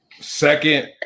Second